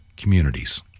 Communities